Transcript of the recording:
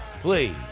please